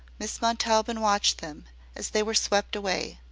miss montaubyn watched them as they were swept away!